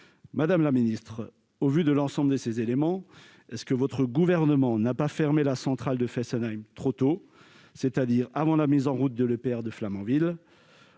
Madame la secrétaire d'État, au vu de l'ensemble de ces éléments, le Gouvernement n'a-t-il pas fermé la centrale de Fessenheim trop tôt, c'est-à-dire avant la mise en route de l'EPR de Flamanville ?